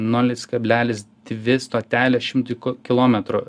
nulis kablelis dvi stotelės šimtui kilometrų